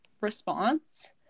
response